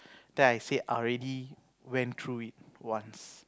then I said I already went through it once